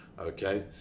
Okay